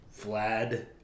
Vlad